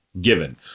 given